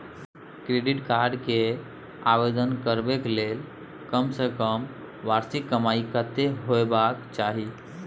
Credit card के आवेदन करबैक के लेल कम से कम वार्षिक कमाई कत्ते होबाक चाही?